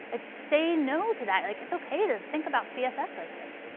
ah say no to that. like it's okay to think about css like this.